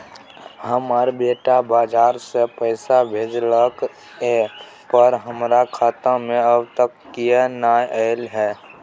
हमर बेटा बाहर से पैसा भेजलक एय पर हमरा खाता में अब तक किये नाय ऐल है?